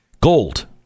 Gold